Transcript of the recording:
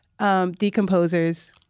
decomposers